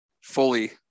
fully